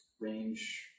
Range